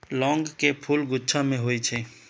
लौंग के फूल गुच्छा मे होइ छै